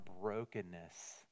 brokenness